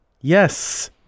Yes